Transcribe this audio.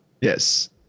Yes